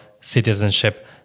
citizenship